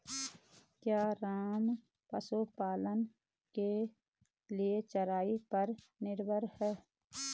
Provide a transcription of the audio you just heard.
क्या राम पशुपालन के लिए चराई पर निर्भर है?